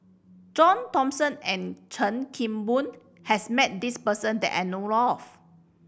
John Thomson and Chan Kim Boon has met this person that I know of